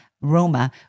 Roma